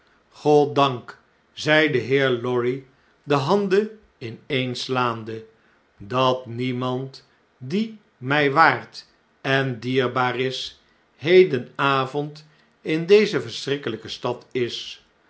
goddank zei de heer lorry de handen ineenslaande dat niemand die mtj waard en dierbaar is hedenavond in deze verschrikkeljjke stad is